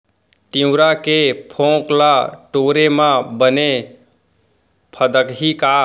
तिंवरा के फोंक ल टोरे म बने फदकही का?